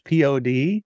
POD